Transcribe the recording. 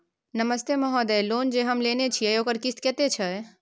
नमस्ते महोदय, लोन जे हम लेने छिये ओकर किस्त कत्ते छै?